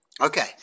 Okay